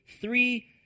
three